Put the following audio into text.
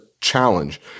challenge